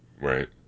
Right